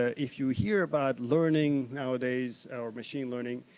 ah if you hear about learning now a days, our machine learning,